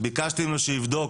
ביקשתי שיבדוק,